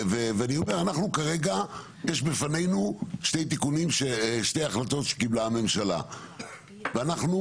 כרגע יש בפנינו שתי החלטות שקיבלה הממשלה ואנחנו